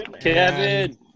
Kevin